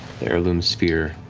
the heirloom sphere,